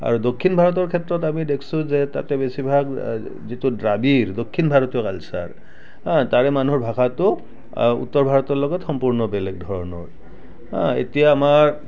আৰু দক্ষিণ ভাৰতৰ ক্ষেত্ৰত আমি দেখিছোঁ যে তাতে বেছিভাগ যিটো দ্ৰাবিড় দক্ষিণ ভাৰতীয় কালচাৰ তাৰে মানুহৰ ভাষাটো উত্তৰ ভাৰতৰ লগত সম্পূৰ্ণ বেলেগ ধৰণৰ হয় এতিয়া আমাৰ